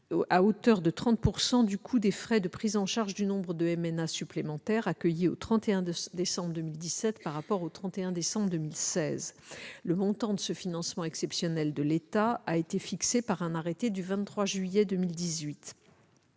à hauteur de 30 % du coût des frais de prise en charge du nombre de MNA supplémentaires accueillis au 31 décembre 2017 par rapport au 31 décembre 2016. Le montant de ce financement exceptionnel de l'État a été fixé par un arrêté du 23 juillet 2018,